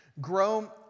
grow